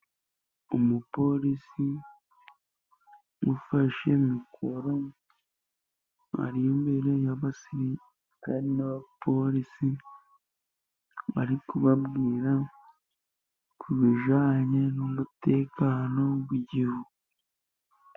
Umupolisi ufashe mikoro ari imbere y'abasirikari n'abapolisi, ari kubabwira ku bijyanye n'umutekano w'igihugu.